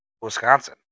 Wisconsin